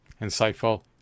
insightful